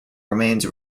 remains